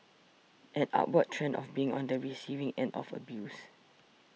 an upward trend of being on the receiving end of abuse